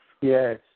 Yes